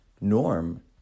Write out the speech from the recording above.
norm